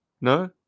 no